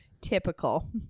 typical